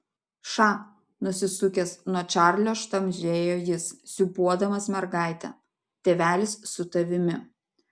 ša nusisukęs nuo čarlio šnabždėjo jis sūpuodamas mergaitę tėvelis su tavimi